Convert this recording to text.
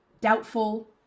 doubtful